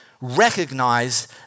recognize